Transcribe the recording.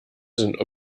sind